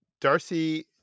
Darcy